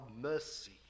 mercy